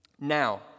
Now